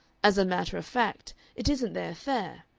as a matter of fact it isn't their affair.